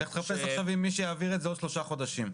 לך תחפש עכשיו מי יעביר את זה בעוד שלושה חודשים.